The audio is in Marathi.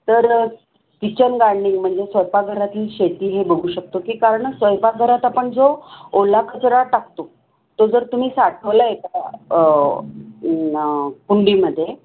तर किचन गार्डनिंग म्हणजे स्वयंपाकघरातली शेती हे बघू शकतो की कारण स्वयंपाकघरात आपण जो ओला कचरा टाकतो तो जर तुम्ही साठवला एका कुंडीमध्ये